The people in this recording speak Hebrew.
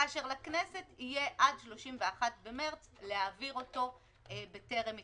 כאשר לכנסת יהיה עד 31 במרץ להעביר אותו בטרם התפזרותה.